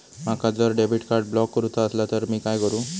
माका जर debit card block करूचा असला तर मी काय करू?